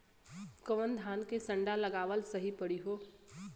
कवने धान क संन्डा लगावल सही परी हो?